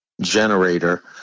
generator